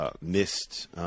missed